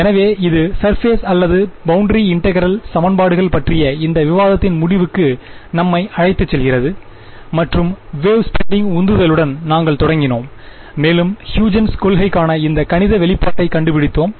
எனவே இது சர்பேஸ் அல்லது பௌண்டரி இன்டெகிரல் சமன்பாடுகள் பற்றிய இந்த விவாதத்தின் முடிவுக்கு நம்மை அழைத்துச் செல்கிறது மற்றும் வேவ் ஸ்பெண்டிங் உந்துதலுடன் நாங்கள் தொடங்கினோம் மேலும் ஹ்யூஜென்ஸ் கொள்கைக்கானHuygen's principle இந்த கணித வெளிப்பாட்டைக் கண்டுபிடித்தோம்